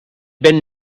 been